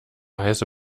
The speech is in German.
heiße